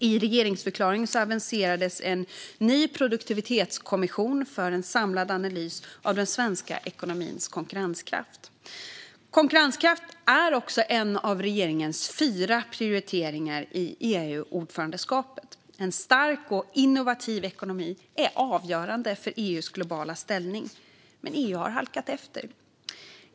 I regeringsförklaringen aviserades en ny produktivitetskommission för en samlad analys av den svenska ekonomins konkurrenskraft. Konkurrenskraft är också en av regeringens fyra prioriteringar i EU-ordförandeskapet. En stark och innovativ ekonomi är avgörande för EU:s globala ställning, men EU har halkat efter.